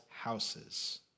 houses